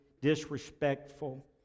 disrespectful